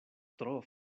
tro